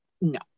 no